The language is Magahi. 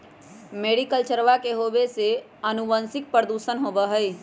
मैरीकल्चरवा के होवे से आनुवंशिक प्रदूषण बहुत होबा हई